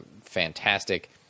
fantastic